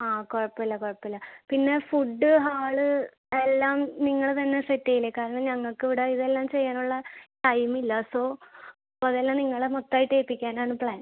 ആ കുഴപ്പമില്ല കുഴപ്പമില്ല പിന്നെ ഫുഡ്ഡ് ഹാള് എല്ലാം നിങ്ങൾ തന്നെ സെറ്റ് ചെയ്യില്ലേ കാരണം ഞങ്ങൾക്കിവിടെ ഇതെല്ലാം ചെയ്യാനുള്ള ടൈമില്ല സോ സോ അതെല്ലാം നിങ്ങളെ മൊത്തായിട്ടേൽപ്പിക്കാനാണ് പ്ലാൻ